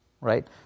Right